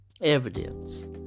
Evidence